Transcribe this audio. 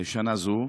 בשנה זו.